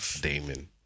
Damon